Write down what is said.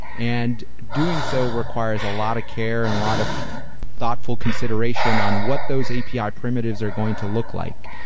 and doing so requires a lot of care and a lot of thoughtful consideration on what those api ah primitives are going to look like.